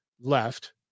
left